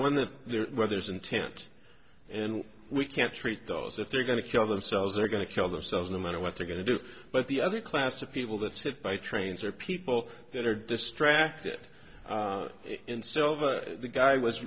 when the weather is intent and we can't treat those that they're going to kill themselves they're going to kill themselves no matter what they're going to do but the other class of people that's hit by trains are people that are distracted in silver the guy was